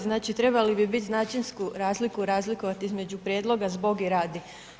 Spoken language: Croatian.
Znači trebali bi biti značinsku razliku razlikovati između prijedloga, zbog i radi.